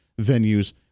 venues